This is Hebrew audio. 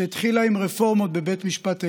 שהתחילה עם רפורמות בבית משפט עליון,